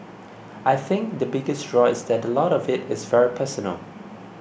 I think the biggest draw is that a lot of it is very personal